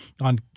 on